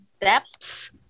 depths